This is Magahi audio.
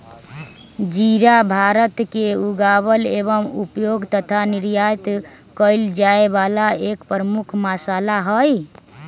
जीरा भारत में उगावल एवं उपयोग तथा निर्यात कइल जाये वाला एक प्रमुख मसाला हई